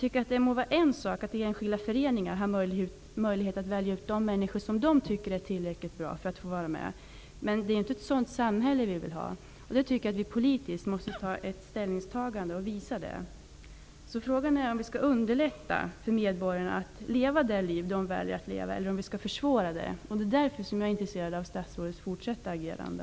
Det må vara en sak att enskilda föreningar har möjlighet att välja ut de människor som de tycker är tillräckligt bra för att få vara med. Men det är ju inte ett sådant samhälle vi vill ha. Jag tycker att vi måste ta ställning politiskt och visa detta. Frågan är om vi skall underlätta för medborgarna att leva det liv de väljer att leva eller om vi skall försvåra det. Det är därför som jag är intresserad av statsrådets fortsatta agerande.